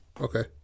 Okay